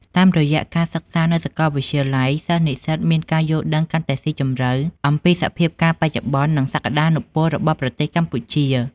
តាមរយៈការសិក្សានៅសាកលវិទ្យាល័យ សិស្សនិស្សិតមានការយល់ដឹងកាន់តែស៊ីជម្រៅអំពីសភាពការណ៍បច្ចុប្បន្ន និងសក្ដានុពលរបស់ប្រទេសកម្ពុជា។